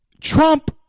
Trump